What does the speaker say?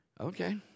Okay